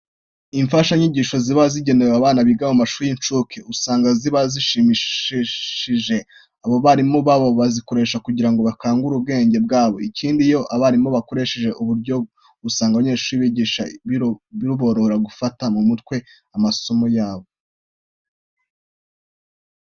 Imfashanyigisho ziba zigenewe abana biga mu mashuri y'incuke, usanga ziba zishimishije, aho abarimu babo bazikoresha kugira ngo bakangure ubwenge bwabo. Ikindi iyo abarimu bakoresheje ubu buryo, usanga abanyeshuri bigisha biborohera gufata mu mutwe amasomo yabo.